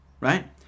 right